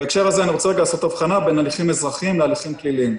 בהקשר הזה אני רוצה לעשות אבחנה בין הליכים אזרחיים והליכים פליליים.